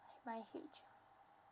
my H